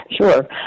Sure